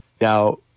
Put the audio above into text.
Now